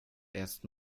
erst